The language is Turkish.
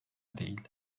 değil